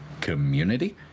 community